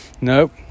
nope